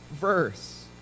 verse